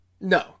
No